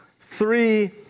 three